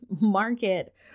market